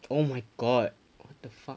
oh my god what the fuck